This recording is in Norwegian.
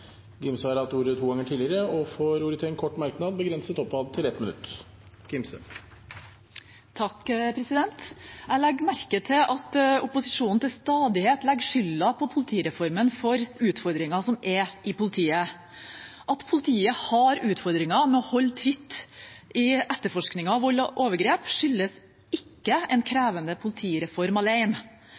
Gimse har hatt ordet to ganger tidligere og får ordet til en kort merknad, begrenset til 1 minutt. Jeg legger merke til at opposisjonen til stadighet legger skylden på politireformen for utfordringene som er i politiet. At politiet har utfordringer med å holde tritt med etterforskningen av vold og overgrep, skyldes ikke en krevende politireform